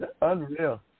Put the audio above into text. Unreal